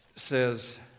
says